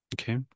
Okay